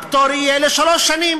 הפטור יהיה לשלוש שנים